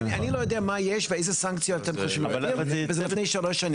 כי אני לא יודע מה יש ואיזה סנקציות יש וזה לפני שלוש שנים.